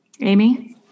Amy